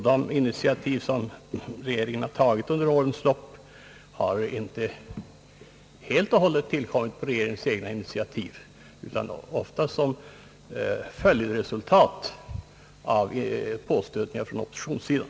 De initiativ som regeringen tagit under årens lopp har inte helt och hållet varit enbart regeringens förtjänst, utan de har ofta varit följdresultat av påstötningar från oppositionssidan.